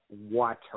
water